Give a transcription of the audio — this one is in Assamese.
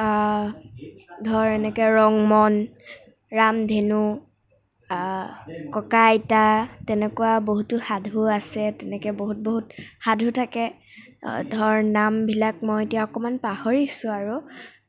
ধৰ এনেকৈ ৰংমন ৰামধেনু ককা আইতা তেনেকুৱা বহুতো সাধু আছে তেনেকৈ বহুত বহুত সাধু থাকে ধৰ নামবিলাক মই এতিয়া অকণমান পাহৰিছোঁ আৰু